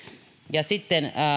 ja sitten